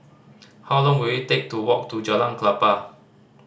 how long will it take to walk to Jalan Klapa